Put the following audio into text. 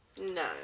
No